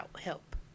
help